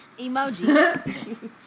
Emoji